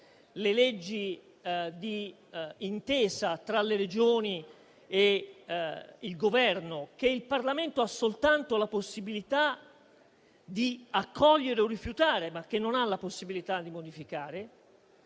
le leggi di intesa tra le Regioni e il Governo, che il Parlamento ha soltanto la possibilità di accogliere o rifiutare, ma non di modificare.